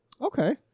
Okay